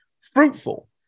fruitful